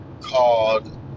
called